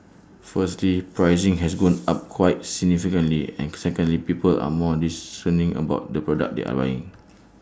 firstly pricing has gone up quite significantly and secondly people are more discerning about the product they are buying